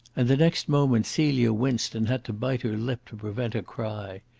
and the next moment celia winced and had to bite her lip to prevent a cry.